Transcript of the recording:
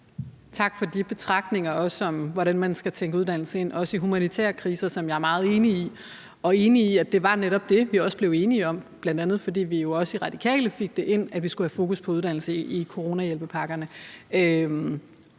Tak for de betragtninger, også om hvordan man skal tænke uddannelse ind også i humanitære kriser, hvilket jeg er meget enig. Og jeg er enig i, at det netop også var det, vi blev enige om, bl.a. fordi vi Radikale også fik ind, at der skulle være fokus på uddannelse i coronahjælpepakkerne.